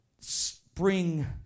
spring